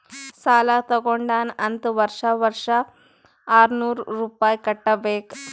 ಸಾಲಾ ತಗೊಂಡಾನ್ ಅಂತ್ ವರ್ಷಾ ವರ್ಷಾ ಆರ್ನೂರ್ ರುಪಾಯಿ ಕಟ್ಟಬೇಕ್